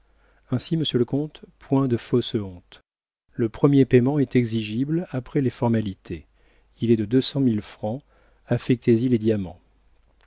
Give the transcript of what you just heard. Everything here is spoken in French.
ainsi monsieur le comte point de fausse honte le premier paiement est exigible après les formalités il est de deux cent mille francs affectez y les diamants